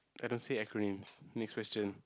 I don't see acronyms next question